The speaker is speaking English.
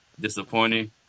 disappointing